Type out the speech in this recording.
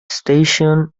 station